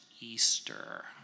Easter